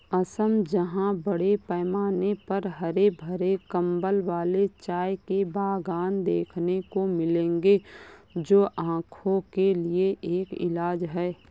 असम जहां बड़े पैमाने पर हरे भरे कंबल वाले चाय के बागान देखने को मिलेंगे जो आंखों के लिए एक इलाज है